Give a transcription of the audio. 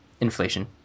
inflation